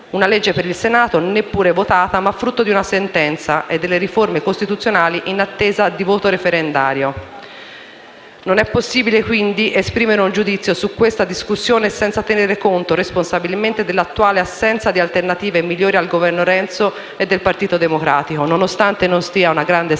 una legge per il Senato neppure votata ma frutto di una sentenza, e delle riforme costituzionali in attesa di voto referendario. Non è possibile, quindi, esprimere un giudizio su questa discussione senza tenere conto, responsabilmente, dell'attuale assenza di alternative migliori al Governo di Renzi e del Partito Democratico. Nonostante non sia una grande statista